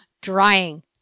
drying